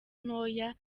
ntoya